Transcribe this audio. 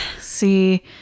See